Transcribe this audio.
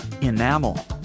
enamel